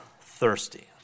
thirsty